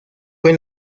fue